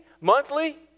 monthly